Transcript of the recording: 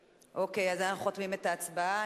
אוקיי, אז אנחנו חותמים את ההצבעה.